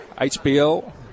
HBL